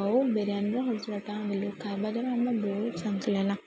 ଆଉ ବିରିୟାନିର ହଜାର ଟଙ୍କା ଦେଲୁ ଖାଇବା ଦ୍ୱାରା ଆମେ ବହୁତ ଶାନ୍ତି ଲାଗଲା